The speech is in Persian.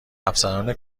افسران